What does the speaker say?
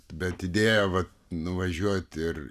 bet idėja vat nuvažiuoti ir